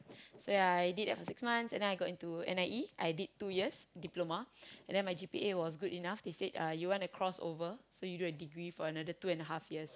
so ya I did a six months and then I got into N_I_E I did two years diploma and then my G_P_A was good enough they said uh you wanna cross over so you do a degree for another two and half years